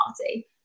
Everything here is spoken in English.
Party